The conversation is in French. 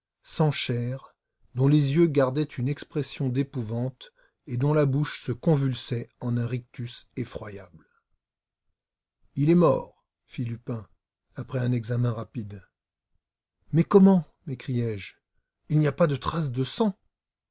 sans chair dont les yeux gardaient une expression d'épouvante et dont la bouche se convulsait en un rictus effroyable il est mort fit lupin après un examen rapide mais comment m'écriai-je il n'y a pas trace de sang